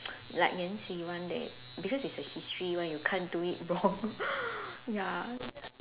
like Yanxi one they because it's a history one you can't do it wrong ya